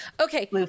Okay